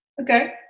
okay